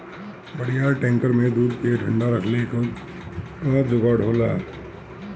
बड़ियार टैंकर में दूध के ठंडा रखले क जोगाड़ होला